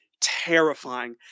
terrifying